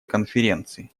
конференции